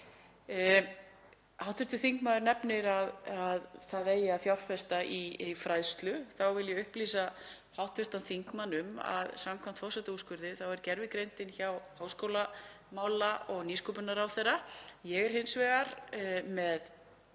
Hv. þingmaður nefnir að það eigi að fjárfesta í fræðslu. Þá vil ég upplýsa hv. þingmann um að samkvæmt forsetaúrskurði er gervigreindin hjá háskóla- og nýsköpunarráðherra. Ég er hins vegar með